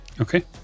Okay